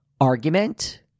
argument